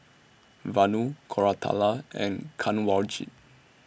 Vanu Koratala and Kanwaljit